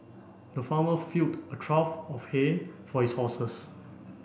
the farmer filled a trough of hay for his horses